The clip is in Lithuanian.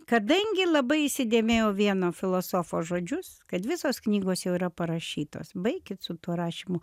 kadangi labai įsidėmėjau vieno filosofo žodžius kad visos knygos jau yra parašytos baikit su tuo rašymu